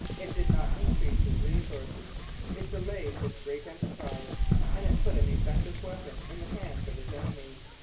it did not increase his resources it delayed his great enterprise and it put an effective weapon in the hands of his enemies.